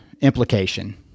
implication